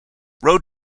road